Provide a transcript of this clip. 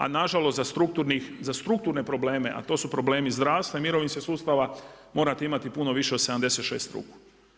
A na žalost za strukturne probleme, a to su problemi zdravstva i mirovinskog sustava morate imati puno više od 76 ruku.